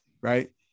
right